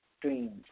dreams